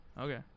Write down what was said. Okay